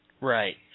Right